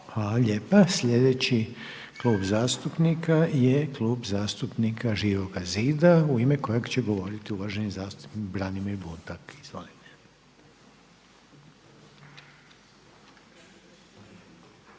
Hvala lijepa. Sljedeći klub zastupnika je Klub zastupnika Živoga zida u ime kojeg će govoriti uvaženi zastupnik Branimir Bunjac. Izvolite.